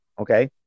Okay